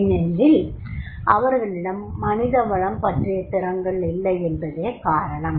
ஏனெனில் அவர்களிடம் மனித வளம் பற்றிய திறன்கள் இல்லையென்பதே காரணம்